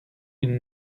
une